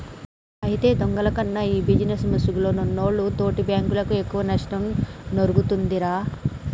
అయితే దొంగల కన్నా ఈ బిజినేస్ ముసుగులో ఉన్నోల్లు తోటి బాంకులకు ఎక్కువ నష్టం ఒరుగుతుందిరా